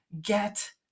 get